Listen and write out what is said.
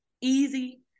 easy